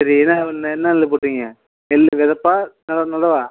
சரி என்ன என்ன நெல் போட்டிருக்கீங்க நெல் விதப்பா இல்லை நடவா